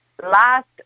Last